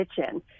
kitchen